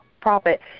profit